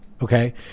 Okay